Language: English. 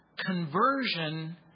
conversion